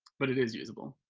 but it is usable.